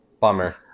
bummer